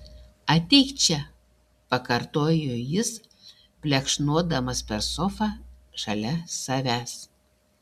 ateik čia pakartojo jis plekšnodamas per sofą šalia savęs